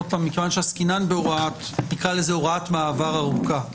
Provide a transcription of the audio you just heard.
שמכיוון שעסקינן בהוראת מעבר ארוכה,